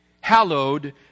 hallowed